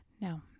no